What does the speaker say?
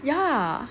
yeah